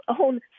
own